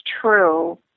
true